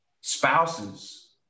spouses